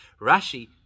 Rashi